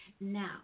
Now